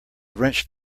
wrenched